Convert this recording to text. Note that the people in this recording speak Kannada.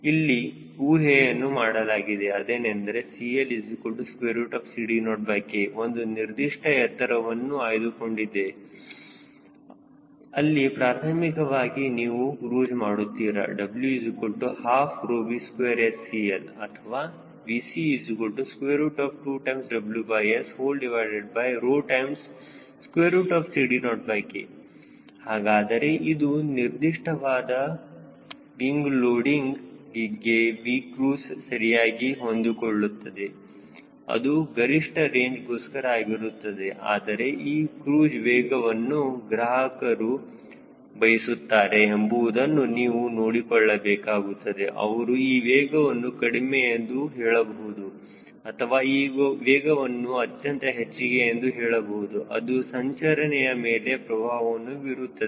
ಇಲ್ಲಿ ಊಹೆಯನ್ನು ಮಾಡಲಾಗಿದೆ ಅದೇನೆಂದರೆ CLCD0K ಒಂದು ನಿರ್ದಿಷ್ಟ ಎತ್ತರವನ್ನು ಆಯ್ದುಕೊಂಡಿದೆ ಅಲ್ಲಿ ಪ್ರಾಥಮಿಕವಾಗಿ ನೀವು ಕ್ರೂಜ್ ಮಾಡುತ್ತೀರಾ W12V2SCL ಅಥವಾ VC2WSCD0K ಹಾಗಾದರೆ ಒಂದು ನಿರ್ದಿಷ್ಟವಾದ ಅಂತಹ ವಿಂಗ್ ಲೋಡಿಂಗ್ಗೆ Vcruise ಸರಿಯಾಗಿ ಹೊಂದಿಕೊಳ್ಳುತ್ತದೆ ಅದು ಗರಿಷ್ಠ ರೇಂಜ್ ಗೋಸ್ಕರ ಆಗಿರುತ್ತದೆ ಆದರೆ ಈ ಕ್ರೂಜ್ ವೇಗವನ್ನು ಗ್ರಾಹಕರು ಬಯಸುತ್ತಾರೆ ಎಂಬುವುದನ್ನು ನೀವು ನೋಡಿಕೊಳ್ಳಬೇಕಾಗುತ್ತದೆ ಅವರು ಈ ವೇಗವನ್ನು ಕಡಿಮೆ ಎಂದು ಹೇಳಬಹುದು ಅಥವಾ ಈ ವೇಗವನ್ನು ಅತ್ಯಂತ ಹೆಚ್ಚಿಗೆ ಎಂದು ಹೇಳಬಹುದು ಅದು ಸಂರಚನೆಯ ಮೇಲೆ ಪ್ರಭಾವವನ್ನು ಬೀರುತ್ತದೆ